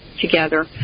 together